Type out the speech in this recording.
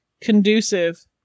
conducive